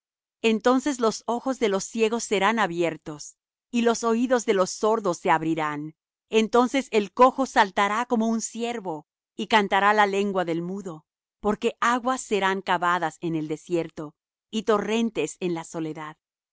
entonces los ojos de los ciegos serán abiertos y los oídos de los sordos se abrirán entonces el cojo saltará como un ciervo y cantará la lengua del mudo porque aguas serán cavadas en el desierto y torrentes en la soledad